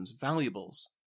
valuables